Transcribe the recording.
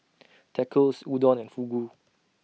Tacos Udon and Fugu